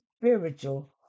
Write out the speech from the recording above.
Spiritual